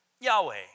Yahweh